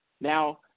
Now